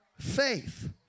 faith